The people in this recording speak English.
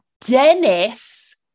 Dennis